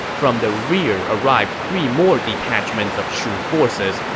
from the rear arrived three more detachments of shu forces,